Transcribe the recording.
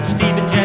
Stephen